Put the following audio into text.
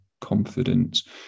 confidence